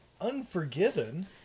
Unforgiven